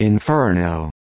inferno